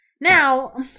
Now